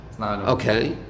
Okay